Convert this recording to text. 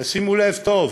תשימו לב טוב,